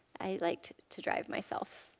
i liked to drive myself.